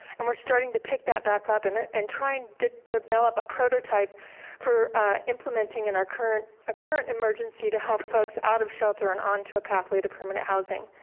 and we're starting to pick that back up in and try and develop a prototype for implementing in our current ah current emergency to help folks out of shelter and onto a pathway to permanent housing.